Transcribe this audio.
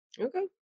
Okay